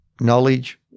knowledge